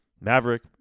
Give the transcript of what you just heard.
Maverick